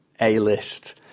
A-list